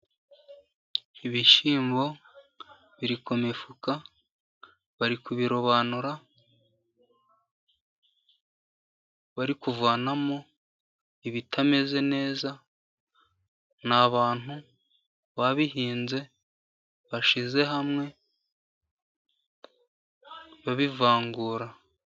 Ibishyimbo biri ku mifuka ,bari kubirobanura ,bari kuvanamo ibitameze neza ,n'abantu babihinze bashyize hamwe babivangura.